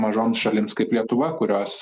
mažoms šalims kaip lietuva kurios